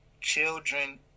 children